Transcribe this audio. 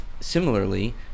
similarly